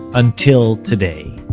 until today.